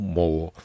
more